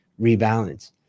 rebalance